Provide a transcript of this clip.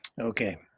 Okay